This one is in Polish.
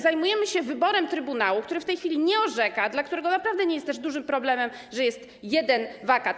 Zajmujemy się wyborem do trybunału, który w tej chwili nie orzeka, dla którego naprawdę nie jest też dużym problemem, że jest jeden wakat.